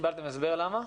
קיבלתם הסבר למה?